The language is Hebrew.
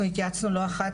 אנחנו התייעצנו לא אחת,